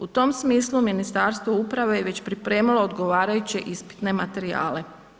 U tom smislu Ministarstvo uprave je već pripremilo odgovarajuće ispitne materijale.